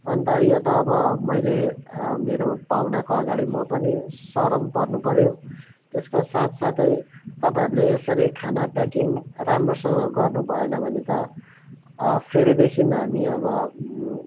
अन्त त यो त अब मैले मेरो पाहुनाको अगाडि म पनि सरम पर्नु पऱ्यो त्यसको साथ साथै तपाईँहरूले यसरी खाना प्याकिङ राम्रोसँग गर्नुभएन भने त फेरिदेखि हामी अब